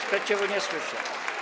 Sprzeciwu nie słyszę.